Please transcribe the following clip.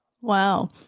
wow